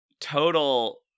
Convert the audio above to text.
total